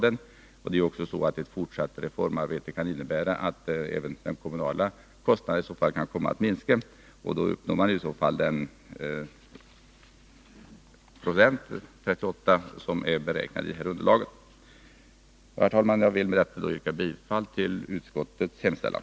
Det är också så att ett fortsatt reformarbete kan innebära att även den kommunala kostnaden minskar, och i så fall får vi den procentsats på 38 som är beräknad i underlaget. Herr talman! Jag vill med detta yrka bifall till utskottets hemställan.